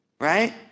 right